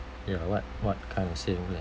ya what what kind of saving plans